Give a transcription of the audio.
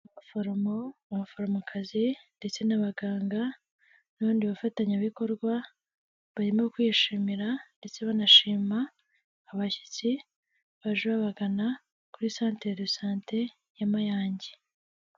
Abaforomo, abaforomokazi ndetse n'abaganga n'abandi bafatanyabikorwa barimo kwishimira ndetse banashima abashyitsi baje babagana kuri santeredosante ya Mayange.